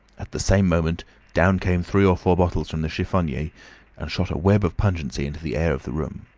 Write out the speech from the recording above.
at the same moment down came three or four bottles from the chiffonnier and shot a web of pungency into the air of the room.